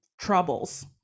troubles